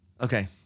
Okay